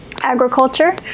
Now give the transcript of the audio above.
agriculture